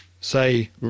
say